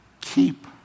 keep